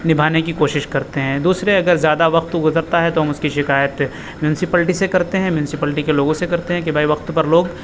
نبھانے کی کوشش کرتے ہیں دوسرے اگر زیادہ وقت گزرتا ہے تو ہم اس کی شکایت میونسپلٹی سے کرتے ہیں مونسپلٹی کے لوگوں سے کرتے ہیں کہ بھائی وقت پر لوگ